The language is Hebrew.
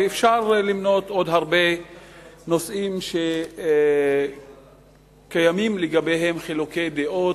ואפשר למנות עוד הרבה נושאים שקיימים לגביהם חילוקי דעות,